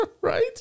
Right